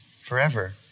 forever